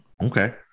Okay